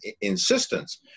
insistence